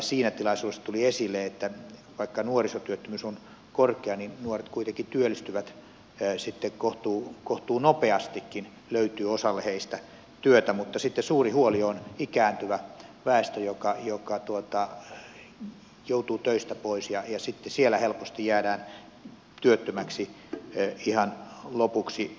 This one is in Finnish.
siinä tilaisuudessa tuli esille että vaikka nuorisotyöttömyys on korkea niin nuoret kuitenkin työllistyvät sitten kohtuunopeastikin löytyy osalle heistä työtä mutta sitten suuri huoli on ikääntyvästä väestöstä joka joutuu töistä pois ja sitten siellä helposti jäädään työttömäksi ihan lopuksi aikaa